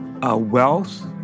wealth